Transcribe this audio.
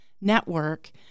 Network